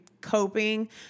coping